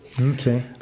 okay